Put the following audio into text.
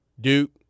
Duke